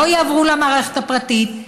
לא יעברו למערכת הפרטית,